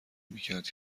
میکرد